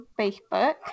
Facebook